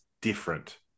different